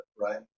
right